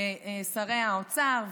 שרי האוצר,